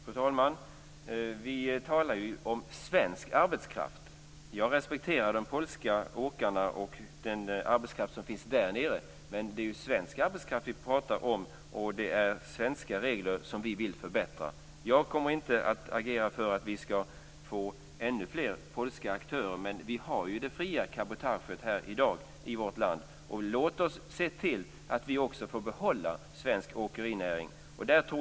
Fru talman! Vi talar om svensk arbetskraft. Jag respekterar de polska åkarna och den arbetskraft som finns där nere, men det är svensk arbetskraft vi pratar om, och det är svenska regler som vi vill förbättra. Jag kommer inte att agera för att vi skall få ännu fler polska aktörer. Vi har det fria cabotaget i dag i vårt land. Låt oss se till att vi också får behålla svensk åkerinäring.